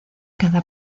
cada